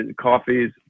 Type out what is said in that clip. coffees